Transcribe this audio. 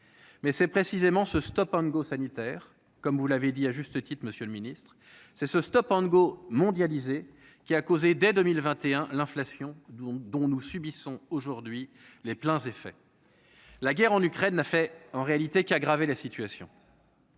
mais c'est précisément ce Stop and Go, sanitaire, comme vous l'avez dit, à juste titre, Monsieur le Ministre, c'est ce Stop and Go mondialisée qui a causé dès 2021 l'inflation dont dont nous subissons aujourd'hui les pleins c'est fait la guerre en Ukraine a fait en réalité qu'aggraver la situation,